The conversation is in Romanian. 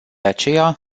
aceea